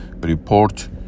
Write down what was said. report